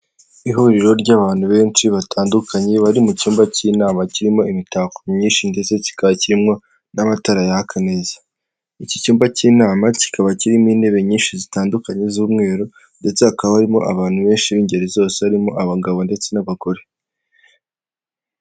Ihuriro ry'abantu benshi batandukanye bari mu cyumba k'inama kirimo imitako myinshi, ndetse kikaba kirimo n'amatarayaka neza, iki cyumba k'inama kikaba kirimo intebe nyinshi zitandukanye z'umweru, ndetse hakaba harimo abantu benshi b'ingeri zose barimo abagabo ndetse n'abagore.